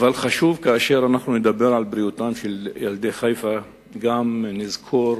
אבל חשוב שכאשר נדבר על בריאותם של ילדי חיפה גם נזכור